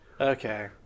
okay